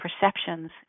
perceptions